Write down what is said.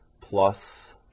plus